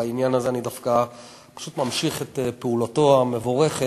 בעניין הזה אני דווקא פשוט ממשיך את פעולתו המבורכת,